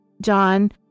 John